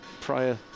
prior